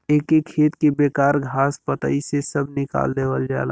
एके खेत के बेकार घास पतई से सभ निकाल देवल जाला